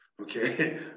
okay